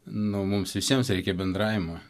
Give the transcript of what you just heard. nu mums visiems reikia bendravimo